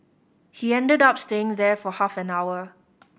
he ended up staying there for half an hour